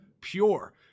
pure